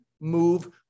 move